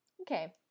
Okay